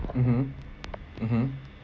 mmhmm mmhmm